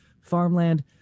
farmland